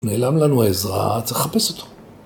נעלם לנו עזרא, צריך לחפש אותו.